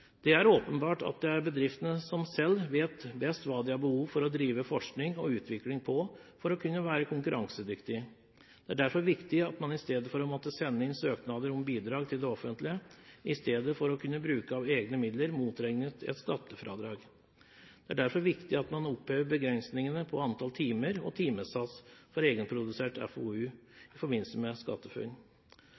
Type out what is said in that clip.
Det er åpenbart at bedriftene selv vet best hva de har behov for å drive forskning og utvikling på for å kunne være konkurransedyktige. Det er derfor viktig at man i stedet for å måtte sende inn søknader om bidrag til det offentlige, heller kan bruke av egne midler motregnet et skattefradrag. Det er derfor viktig i forbindelse med SkatteFUNN at man opphever begrensningene på antall timer og timesats for egenprodusert FoU.